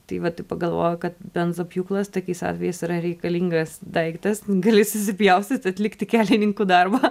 tai va tai pagalvojau kad benzopjūklas tokiais atvejais yra reikalingas daiktas gali susipjaustyt atlikti kelininkų darbą